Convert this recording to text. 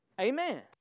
Amen